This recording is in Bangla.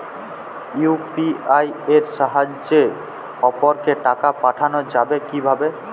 ইউ.পি.আই এর সাহায্যে অপরকে টাকা পাঠানো যাবে কিভাবে?